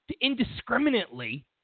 indiscriminately